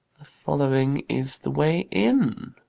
the following is the way in.